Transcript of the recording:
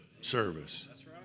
service